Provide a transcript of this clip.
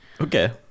Okay